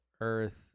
earth